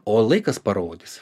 o laikas parodys